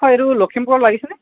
হয় এইটো লখিমপুৰত লাগিছেনে